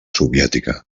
soviètica